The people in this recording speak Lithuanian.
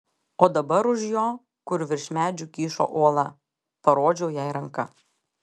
o dabar už jo kur virš medžių kyšo uola parodžiau jai ranka